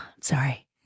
Sorry